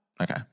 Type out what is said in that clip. Okay